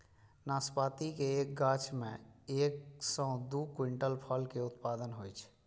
नाशपाती के एक गाछ मे एक सं दू क्विंटल फल के उत्पादन होइ छै